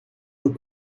look